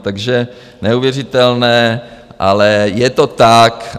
Takže neuvěřitelné, ale je to tak.